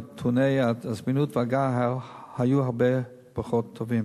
נתוני הזמינות וההגעה היו הרבה פחות טובים.